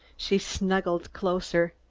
she snuggled closer.